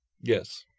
Yes